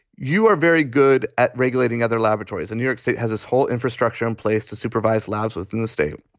you are very good at regulating other laboratories in new york state. has its whole infrastructure in place to supervise labs within the state.